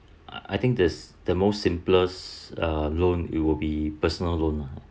I think this the most simplest uh loan it will be personal loan lah